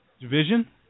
Division